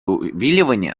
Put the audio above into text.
увиливания